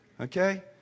okay